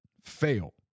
fail